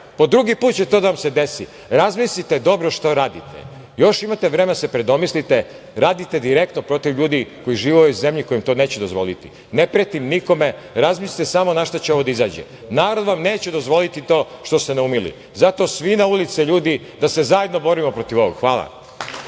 Po drugi put će to da vam se desi. Razmislite dobro šta radite. Još imate vremena da se predomislite, radite direktno protiv ljudi koji žive u ovoj zemlji, koji vam to neće dozvoliti. Ne pretim nikome, razmislite samo na šta će ovo da izađe. Narod vam neće dozvoliti to što ste naumili, zato svi na ulice, ljudi, da se zajedno borimo protiv ovoga. Hvala.